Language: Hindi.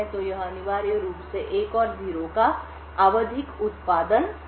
तो यह अनिवार्य रूप से 1 और 0 का आवधिक उत्पादन करता है